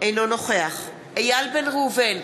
אינו נוכח איל בן ראובן,